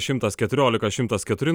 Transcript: šimtas keturiolika šimtas keturi